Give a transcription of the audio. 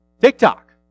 TikTok